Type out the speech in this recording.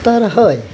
तर हय